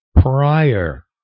prior